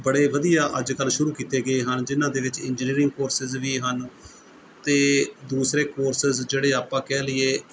ਬੜੇ ਵਧੀਆ ਅੱਜ ਕੱਲ੍ਹ ਸ਼ੁਰੂ ਕੀਤੇ ਗਏ ਹਨ ਜਿਹਨਾਂ ਦੇ ਵਿੱਚ ਇੰਜੀਨੀਅਰਿੰਗ ਕੋਰਸਿਸ ਵੀ ਹਨ ਅਤੇ ਦੂਸਰੇ ਕੋਰਸਿਸ ਜਿਹੜੇ ਆਪਾਂ ਕਹਿ ਲਈਏ